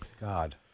God